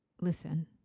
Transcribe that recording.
Listen